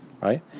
right